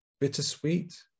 bittersweet